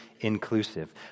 inclusive